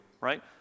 right